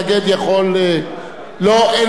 נא לשבת, חבר הכנסת שכיב שנאן.